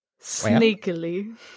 sneakily